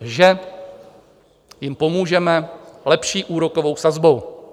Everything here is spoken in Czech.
Že jim pomůžeme lepší úrokovou sazbou.